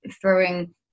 throwing